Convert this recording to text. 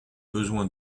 besoin